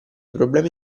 problemi